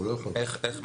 איך?